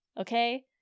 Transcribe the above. okay